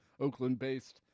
Oakland-based